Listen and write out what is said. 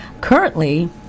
Currently